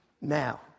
Now